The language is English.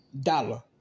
dollar